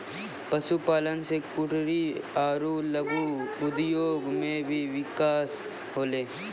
पशुपालन से कुटिर आरु लघु उद्योग मे भी बिकास होलै